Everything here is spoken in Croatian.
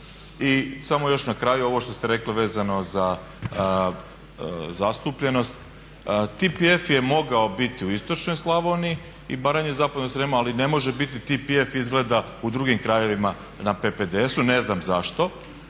I samo još na kraju ovo što ste rekli vezano za zastupljenost TPF je mogao biti u istočnoj Slavoniji i Baranji, …/Govornik se ne razumije./… se nema, ali ne može biti TPF izgleda u drugim krajevima na PPDS, ne znam zašto.